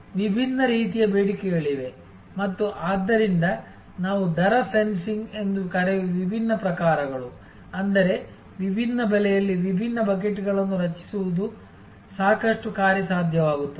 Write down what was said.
ವಿಭಿನ್ನ ರೀತಿಯ ಬೇಡಿಕೆಗಳಿವೆ ಮತ್ತು ಆದ್ದರಿಂದ ನಾವು ದರ ಫೆನ್ಸಿಂಗ್ ಎಂದು ಕರೆಯುವ ವಿಭಿನ್ನ ಪ್ರಕಾರಗಳು ಅಂದರೆ ವಿಭಿನ್ನ ಬೆಲೆಯಲ್ಲಿ ವಿಭಿನ್ನ ಬಕೆಟ್ಗಳನ್ನು ರಚಿಸುವುದು ಸಾಕಷ್ಟು ಕಾರ್ಯಸಾಧ್ಯವಾಗುತ್ತದೆ